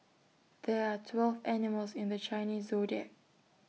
there are twelve animals in the Chinese Zodiac